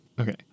Okay